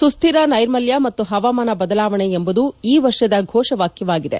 ಸುಸ್ದಿರ ನೈರ್ಮಲ್ಯ ಮತ್ತು ಹವಾಮಾನ ಬದಲಾವಣೆ ಎಂಬುದು ಈ ವರ್ಷದ ಘೋಷವಾಕ್ಯವಾಗಿದೆ